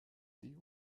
die